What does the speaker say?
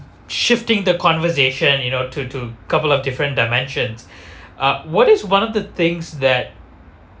shifting the conversation you know to to cover up different dimensions uh what is one of the things that